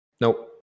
Nope